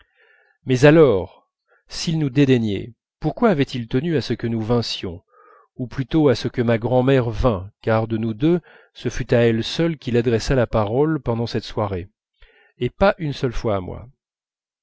mais alors s'il nous dédaignait pourquoi avait-il tenu à ce que nous vinssions ou plutôt à ce que ma grand'mère vînt car de nous deux ce fut à elle seule qu'il adressa la parole pendant cette soirée et pas une seule fois à moi